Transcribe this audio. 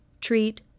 treat